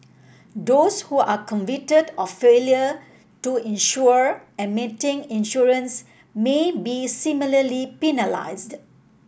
those who are convicted of failure to insure and maintain insurance may be similarly penalised